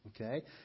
okay